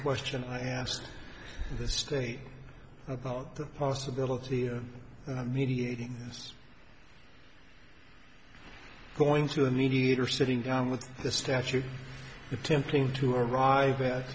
question i asked the state about the possibility of mediating this going through a mediator sitting down with the statue attempting to arrive at